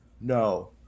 No